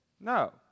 No